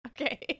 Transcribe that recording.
okay